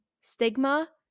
stigma